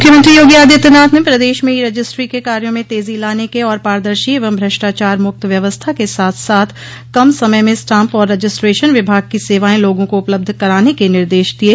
मुख्यमंत्री योगी आदित्यनाथ ने प्रदेश में ई रजिस्ट्री के कार्यो में तेजी लाने के और पारदर्शी एवं भ्रष्टाचारमुक्त व्यवस्था के साथ साथ कम समय में स्टाम्प और रजिस्ट्रेशन विभाग की सेवाएं लोगों को उपलब्ध कराने के निर्देश दिये